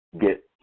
get